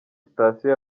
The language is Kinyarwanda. sitasiyo